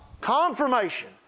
confirmation